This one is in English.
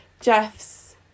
Jeff's